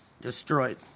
destroyed